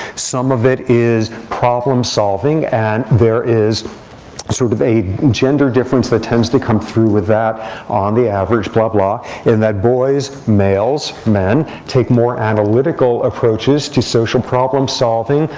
some of it is problem solving. and there is sort of a gender difference that tends to come through with that on the average ah in that boys, males, men, take more analytical approaches to social problem solving.